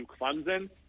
Clemson